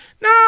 No